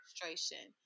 frustration